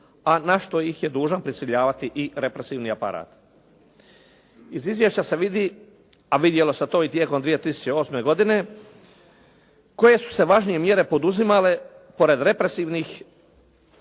a na što ih je dužan prisiljavati i represivni aparat. Iz izvješća se vidi a vidjelo se to i tijekom 2008. godine koje su se važnije mjere poduzimale pored represivnih,